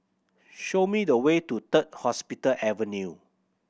show me the way to Third Hospital Avenue